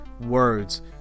words